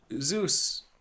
Zeus